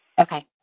Okay